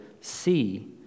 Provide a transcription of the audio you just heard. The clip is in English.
see